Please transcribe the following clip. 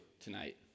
tonight